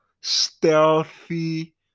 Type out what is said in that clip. stealthy